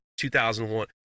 2001